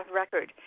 record